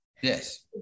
yes